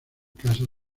casas